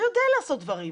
הוא יודע לעשות דברים.